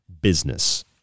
business